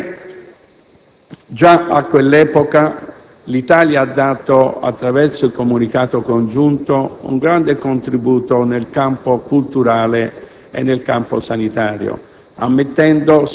Inoltre, già a quell'epoca l'Italia ha dato, attraverso il comunicato congiunto, un grande contributo nel campo culturale e sanitario,